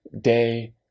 day